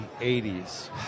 80s